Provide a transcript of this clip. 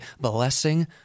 blessing